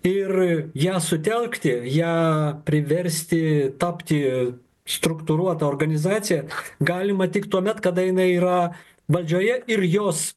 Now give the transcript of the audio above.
ir ją sutelkti ją priversti tapti struktūruota organizacija galima tik tuomet kada jinai yra valdžioje ir jos